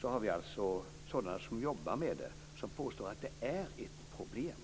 påstår alltså sådana som jobbar med det här att det är ett problem.